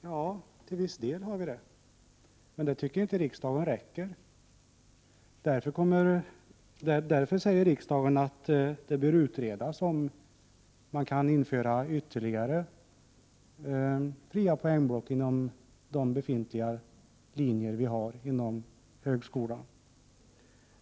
Ja, till viss del har vi det, men det tycker inte riksdagen är tillräckligt, och därför säger riksdagen att det bör utredas om man kan införa ytterligare fria poängblock inom de befintliga linjerna vid högskolan.